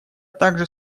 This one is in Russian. также